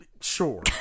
sure